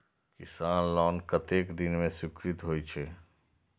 किसान लोन कतेक दिन में स्वीकृत होई छै?